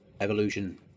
Evolution